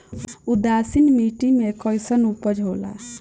उदासीन मिट्टी में कईसन उपज होला?